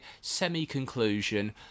semi-conclusion